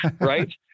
Right